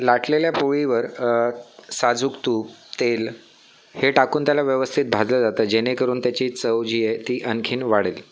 लाटलेल्या पोळीवर साजूक तूप तेल हे टाकून त्याला व्यवस्थित भाजलं जातं जेणेकरून त्याची चव जी आहे ती आणखी वाढेल